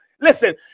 Listen